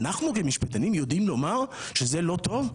אנחנו כמשפטנים יודעים לומר שזה לא טוב?